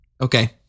Okay